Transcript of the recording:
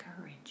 courage